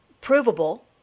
provable